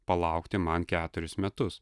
palaukti man keturis metus